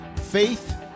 faith